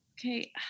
okay